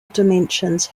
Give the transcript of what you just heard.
dimensions